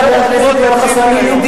חבר הכנסת יואל חסון,